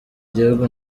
gihugu